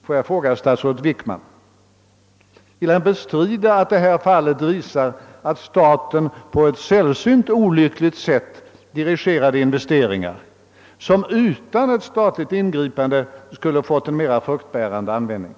Får jag fråga statsrådet Wickman: Vill statsrådet Wickman bestrida att Duroxaffären visar att staten på ett sällsynt olyckligt sätt dirigerat investeringar som utan ett statligt ingripande skulle ha fått en mer fruktbärande användning?